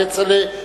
כצל'ה,